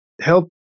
help